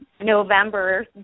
November